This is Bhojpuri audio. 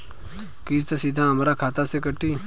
किस्त सीधा हमरे खाता से कटी?